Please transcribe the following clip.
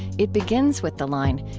it begins with the line,